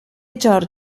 george